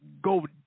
go